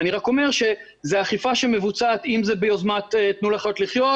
אני רק אומר שזו אכיפה שמבוצעת אם זה ביוזמת 'תנו לחיות לחיות',